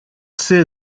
say